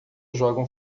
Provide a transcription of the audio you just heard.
jogam